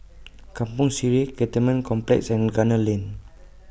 Kampong Sireh Cantonment Complex and Gunner Lane